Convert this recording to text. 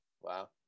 Wow